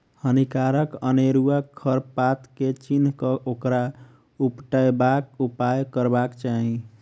हानिकारक अनेरुआ खर पात के चीन्ह क ओकरा उपटयबाक उपाय करबाक चाही